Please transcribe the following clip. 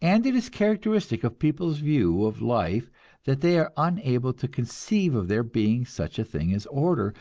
and it is characteristic of people's view of life that they are unable to conceive of there being such a thing as order,